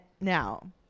now